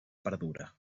perdura